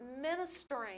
ministering